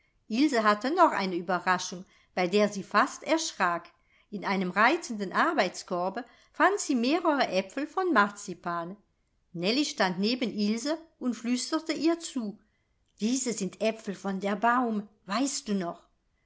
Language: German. ilse hatte noch eine ueberraschung bei der sie fast erschrak in einem reizenden arbeitskorbe fand sie mehrere aepfel von marzipan nellie stand neben ilse und flüsterte ihr zu diese sind aepfel von der baum weißt du noch